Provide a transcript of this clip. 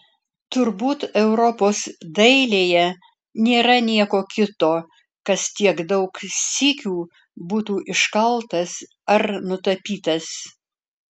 turbūt europos dailėje nėra nieko kito kas tiek daug sykių būtų iškaltas ar nutapytas